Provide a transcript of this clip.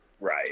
Right